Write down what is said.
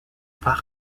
pas